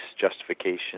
justification